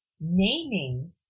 naming